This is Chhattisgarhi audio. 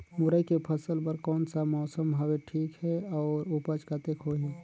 मुरई के फसल बर कोन सा मौसम हवे ठीक हे अउर ऊपज कतेक होही?